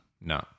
no